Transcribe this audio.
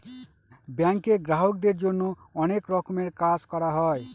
ব্যাঙ্কে গ্রাহকদের জন্য অনেক রকমের কাজ করা হয়